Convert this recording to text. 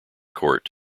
court